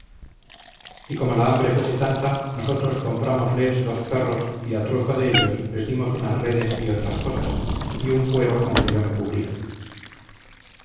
y como la hambre fuese tanta nosotros comprámosles dos perros y a trueco de ellos les dimos unas redes y otras cosas y un cuero con que yo me cubría